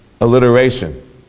alliteration